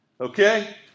Okay